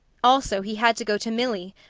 also, he had to go to milly,